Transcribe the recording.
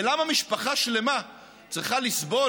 ולמה משפחה שלמה צריכה לסבול,